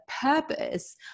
purpose